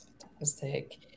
Fantastic